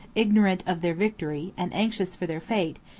ignorant of their victory, and anxious for their fate,